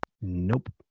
Nope